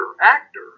actor